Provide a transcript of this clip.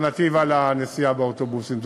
כאלטרנטיבה לנסיעה באוטובוסים,